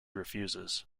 refuses